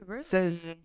says